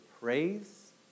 praise